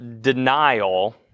denial